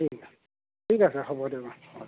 ঠিক আছে ঠিক আছে হ'ব দিয়া